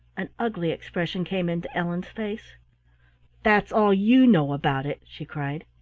an ugly expression came into ellen's face that's all you know about it, she cried.